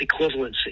equivalency